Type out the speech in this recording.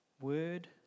word